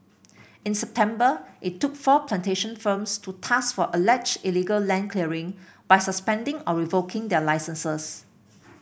in September it took four plantation firms to task for alleged illegal land clearing by suspending or revoking their licences